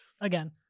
Again